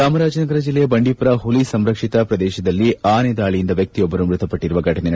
ಚಾಮರಾಜನಗರ ಜಿಲ್ಲೆಯ ಬಂಡೀಪುರ ಹುಲಿ ಸಂರಕ್ಷಿತಾ ಪ್ರದೇಶದಲ್ಲಿ ಆನೆ ದಾಳಿಯಿಂದ ವ್ಯಕ್ತಿಯೊಬ್ಬರು ಮೃತಪಟ್ಟರುವ ಫಟನೆ ನಡೆದಿದೆ